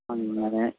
അങ്ങനെ